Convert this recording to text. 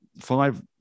five